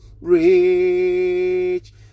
rich